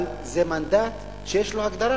זה מנדט שיש לו הגדרה